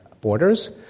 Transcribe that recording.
borders